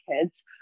kids